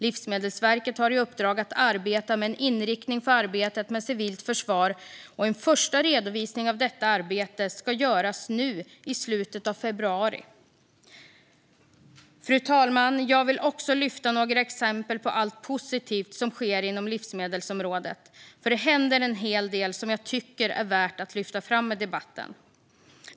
Livsmedelsverket har i uppdrag att arbeta med en inriktning för arbetet med det civila försvaret, och en första redovisning av detta arbete ska göras nu i slutet av februari. Fru talman! Jag vill också lyfta fram några exempel på allt positivt som sker inom livsmedelsområdet, för det händer en hel del som jag tycker är värt att lyfta fram i debatten.